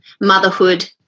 motherhood